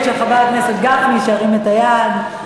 שירים את היד.